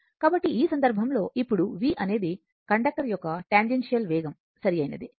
కాబట్టి ఈ సందర్భంలో ఇప్పుడు v అనేది కండక్టర్ యొక్క ట్యాన్జెన్షియల్ వేగం సరియైనది